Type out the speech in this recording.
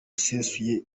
usesuye